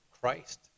Christ